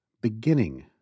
beginning